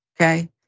okay